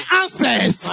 answers